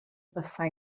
buasai